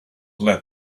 let